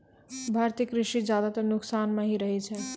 भारतीय कृषि ज्यादातर नुकसान मॅ ही रहै छै